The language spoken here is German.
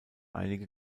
einige